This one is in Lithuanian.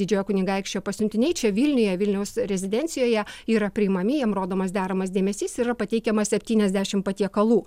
didžiojo kunigaikščio pasiuntiniai čia vilniuje vilniaus rezidencijoje yra priimami jam rodomas deramas dėmesys yra pateikiama septyniasdešim patiekalų